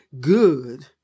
good